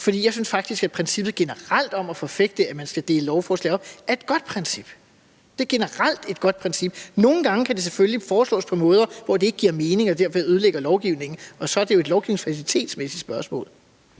For jeg synes faktisk, at princippet generelt om at forfægte, at man skal dele lovforslag op, er et godt princip. Det er generelt et godt princip. Nogle gange kan det selvfølgelig foreslås på måder, hvor det ikke giver mening og derfor ødelægger lovbehandlingen, og så er det jo et spørgsmål